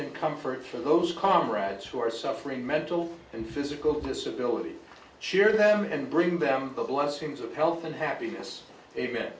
and comfort for those comrades who are suffering mental and physical disability cheer them and bring them the blessings of health and happiness